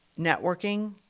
networking